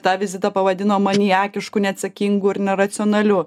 tą vizitą pavadino maniakišku neatsakingu ir neracionaliu